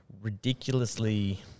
ridiculously